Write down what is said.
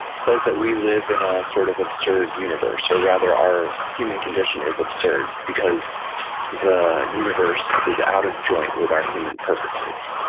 said that we live in an ah sort of absurd universe, or rather our human condition is absurd because the universe is out of joint with our human purposes.